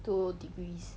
two degrees